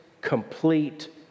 complete